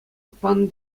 панӑ